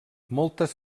moltes